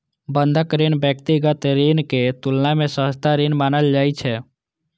बंधक ऋण व्यक्तिगत ऋणक तुलना मे सस्ता ऋण मानल जाइ छै